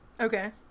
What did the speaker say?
Okay